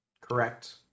Correct